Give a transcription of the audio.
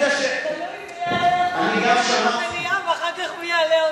תלוי מי יהיה, במליאה, ואחר כך מי יעלה אותה.